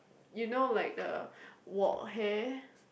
you know like the Wok Hey